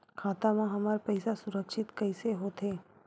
खाता मा हमर पईसा सुरक्षित कइसे हो थे?